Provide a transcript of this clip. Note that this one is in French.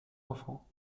enfants